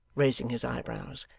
raising his eyebrows.